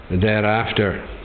thereafter